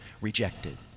rejected